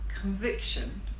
conviction